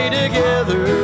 together